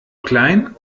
klein